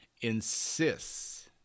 insists